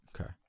Okay